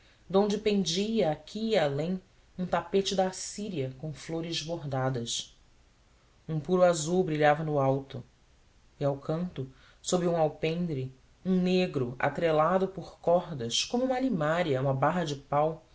onde pendia aqui e além um tapete da assíria com flores bordadas um puro azul brilhava no alto e ao canto sob um alpendre um negro atrelado por cordas como uma alimária a uma barra de pau